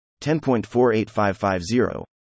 10.48550